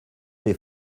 des